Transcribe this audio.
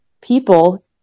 people